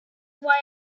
why